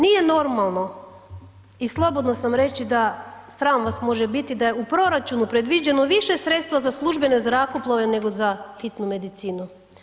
Nije normalno i slobodna sam reći da sram vas može biti da je u proračun predviđeno više sredstva za službene zrakoplove nego za hitnu medicinu.